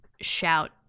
shout